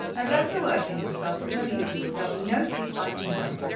now don't go hurting yourselves, whatever you do, or there'll be no seaside tomorrow,